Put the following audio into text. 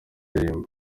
ndirimbo